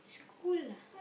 cool lah